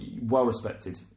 well-respected